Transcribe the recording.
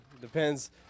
depends